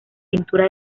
pintura